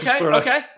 Okay